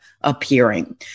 appearing